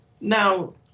Now